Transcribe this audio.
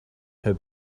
her